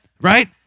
right